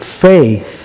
faith